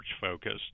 focused